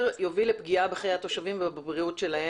יוביל לפגיעה בחיי התושבים ובבריאותם.